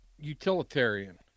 utilitarian